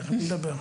תיכף נדבר.